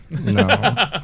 No